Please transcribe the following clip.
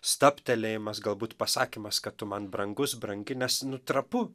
stabtelėjimas galbūt pasakymas kad tu man brangus brangi nes nu trapu